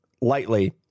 lightly